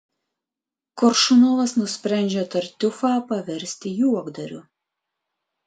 koršunovas nusprendžia tartiufą paversti juokdariu